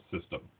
system